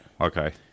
Okay